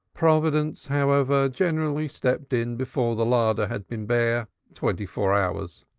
providence, however, generally stepped in before the larder had been bare twenty-four hours.